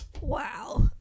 Wow